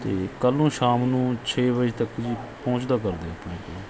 ਅਤੇ ਕੱਲ੍ਹ ਨੂੰ ਸ਼ਾਮ ਨੂੰ ਛੇ ਵਜੇ ਤੱਕ ਜੀ ਪਹੁੰਚਦਾ ਕਰ ਦਿਓ ਆਪਣੇ ਕੋਲ